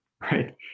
right